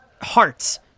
hearts